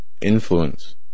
influence